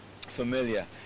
familiar